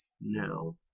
No